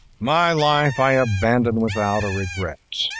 my life i abandon without a regret!